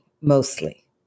mostly